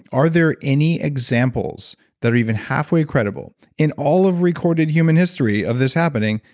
are there any examples that are even halfway credible in all of recorded human history of this happening?